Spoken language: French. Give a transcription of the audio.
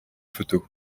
photo